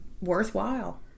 worthwhile